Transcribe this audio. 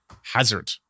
Hazard